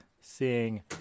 Seeing